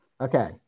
Okay